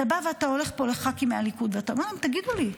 אתה בא והולך פה לח"כים מהליכוד ואתה אומר להם: תגידו לי,